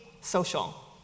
social